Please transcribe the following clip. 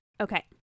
okay